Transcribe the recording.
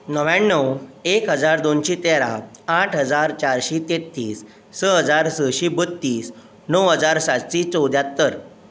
णव्याण्णव एक हजार दोनशें तेरा आठ हजार चारशें तेत्तीस स हजार सशें बत्तीस णव हजार सातशें चवद्यात्तर